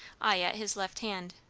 i at his left hand.